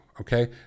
okay